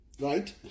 Right